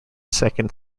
second